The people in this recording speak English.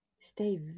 Stay